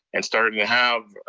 and started and to have,